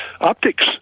optics